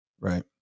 Right